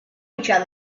each